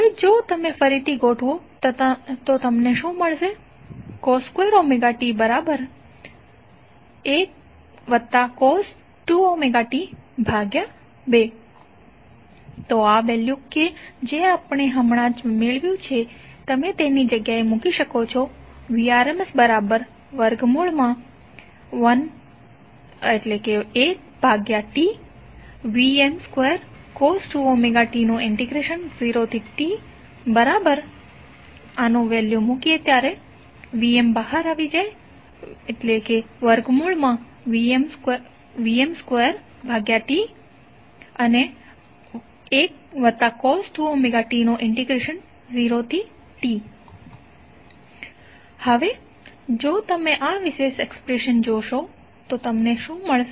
હવે જો તમે ફરીથી ગોઠવો તો તમને શું મળશે cos2t1cos2t2 તો આ વેલ્યુ કે જે આપણે હમણાં જ મેળવ્યું છે તમે તેની જગ્યાએ મૂકી શકો છો Vrms1T0TVm2cos2tdtVm2T0T1cos2tdt હવે જો તમે આ વિશેષ એક્સપ્રેશન જોશો તો તમને શું મળશે